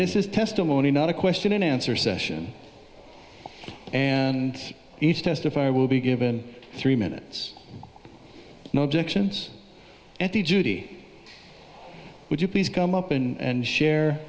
this is testimony not a question and answer session and each testify will be given three minutes no objections at the judy would you please come up and share